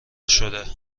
شده